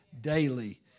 daily